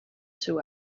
two